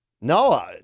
No